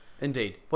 Indeed